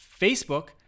Facebook